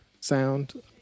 sound